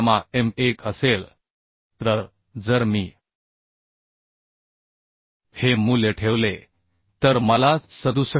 3 kilo newton and strength due to gross yielding तर जर मी हे मूल्य ठेवले तर मला 67